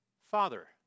Father